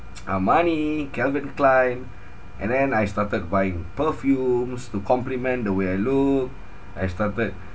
armani calvin klein and then I started buying perfumes to compliment the way I look I started